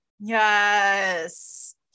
yes